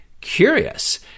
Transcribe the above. curious